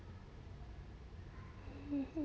mmhmm